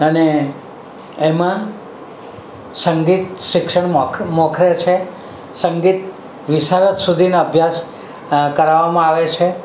અને એમાં સંગીત શિક્ષણ મોખ મોખરે છે સંગીત વિશારદ સુધીના અભ્યાસ કરાવવામાં આવે છે